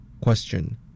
Question